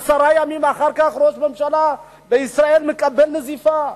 ועשרה ימים אחר כך ראש ממשלה בישראל מקבל נזיפה?